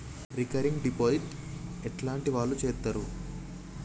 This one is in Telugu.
రికరింగ్ డిపాజిట్ ఎట్లాంటి వాళ్లు చేత్తరు?